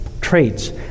traits